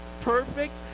perfect